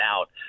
out